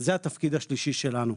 זה התפקיד השלישי שלנו.